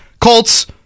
Colts